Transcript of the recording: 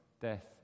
death